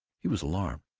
he was alarmed.